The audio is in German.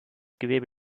gewebe